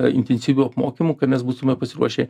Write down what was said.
a intensyvių apmokymų ką mes būtume pasiruošę